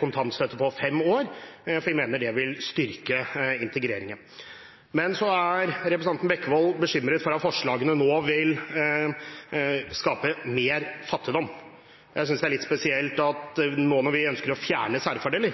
kontantstøtte, fordi vi mener det vil styrke integreringen. Så er representanten Bekkevold bekymret for at forslagene vil skape mer fattigdom. Jeg synes det er litt spesielt at nå